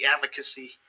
advocacy